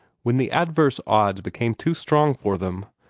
when the adverse odds became too strong for them,